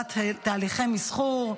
בהובלת תהליכי מסחור,